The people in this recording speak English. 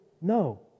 No